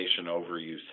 overuse